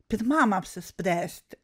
pirmam apsispręsti